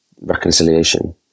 reconciliation